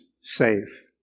safe